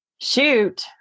shoot